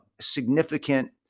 significant